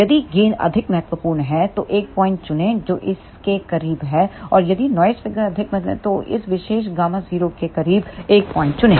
यदि गेनअधिक महत्वपूर्ण है तो एक पॉइंट चुनें जो इस के करीब है और यदि नॉइज़ फ़िगर अधिक महत्वपूर्ण है तो इस विशेष Γ0 के करीब एक पॉइंट चुनें